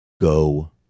go